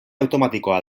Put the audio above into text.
automatikoa